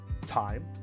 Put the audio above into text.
time